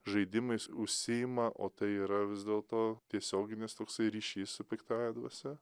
žaidimais užsiima o tai yra vis dėlto tiesioginis toksai ryšys su piktąja dvasia